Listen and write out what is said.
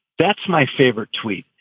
that's my favorite tweet.